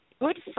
Good